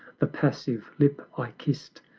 the passive lip i kiss'd,